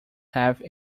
have